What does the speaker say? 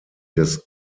des